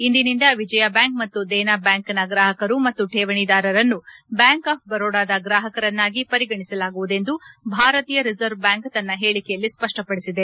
ಇಂದಿನಿಂದ ವಿಜಯ ಬ್ಯಾಂಕ್ ಮತ್ತು ದೇನಾ ಬ್ಯಾಂಕ್ನ ಗ್ರಾಹಕರು ಮತ್ತು ಠೇವಣಿದಾರರನ್ನು ಬ್ಯಾಂಕ್ ಆಫ್ ಬರೋಡಾದ ಗ್ರಾಹಕರನ್ನಾಗಿ ಪರಿಗಣಿಸಲಾಗುವುದೆಂದು ಭಾರತೀಯ ರಿಸರ್ವ್ ಬ್ಯಾಂಕ್ ತನ್ವ ಹೇಳಿಕೆಯಲ್ಲಿ ಸ್ಪ ಷ್ವಪದಿಸಿದೆ